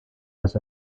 als